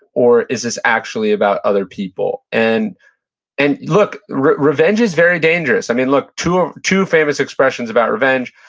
or is this actually about other people? and and look, revenge is very dangerous. i mean, look, two ah two famous expressions about revenge,